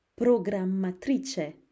Programmatrice